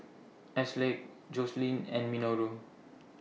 Ashleigh Joseline and Minoru